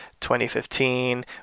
2015